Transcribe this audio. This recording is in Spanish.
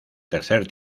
tercer